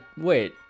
wait